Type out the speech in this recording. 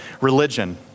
religion